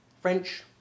French